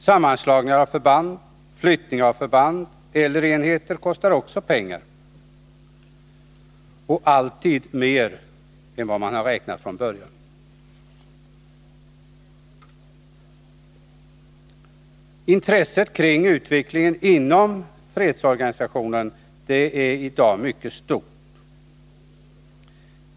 Sammanslagningar av förband och flyttning av förband eller enheter kostar också pengar — och alltid mer än vad man räknat med från början: Intresset för utvecklingen inom fredsorganisationen är i dag mycket stort.